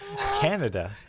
Canada